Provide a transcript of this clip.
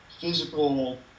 physical